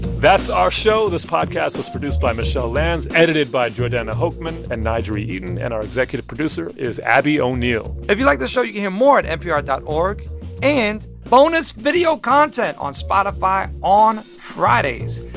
that's our show. this podcast was produced by michelle lanz, edited by jordana hochman and n'jeri eaton. and our executive producer is abby o'neill if you like the show, you can hear more at npr dot org and bonus video content on spotify on fridays.